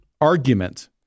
argument